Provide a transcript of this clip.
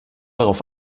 darauf